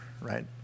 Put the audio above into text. right